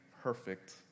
perfect